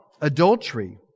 adultery